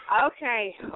Okay